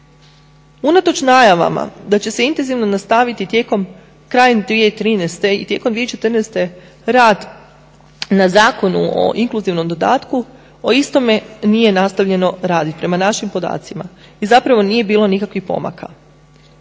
Unatoč najavama da će se intenzivno nastaviti krajem 2013. i tijekom 2014. rad na Zakonu o inkluzivnom dodatku po istome nije nastavljeno raditi, prema našim podacima. I zapravo nije bilo nikakvih pomaka.